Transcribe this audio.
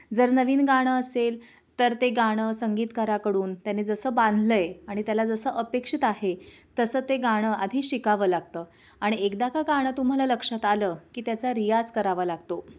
जर नवीन गाणं असेल तर ते गाणं संगीतकाराकडून त्याने जसं बांधलं आहे आणि त्याला जसं अपेक्षित आहे तसं ते गाणं आधी शिकावं लागतं आणि एकदा का गाणं तुम्हाला लक्षात आलं की त्याचा रियाज करावा लागतो